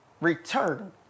return